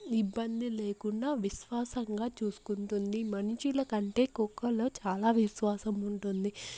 ఇబ్బంది లేకుండా విశ్వాసంగా చూసుకుంటుంది మనిషిలో కంటే కుక్కలో చాలా విశ్వాసం ఉంటుంది